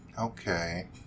Okay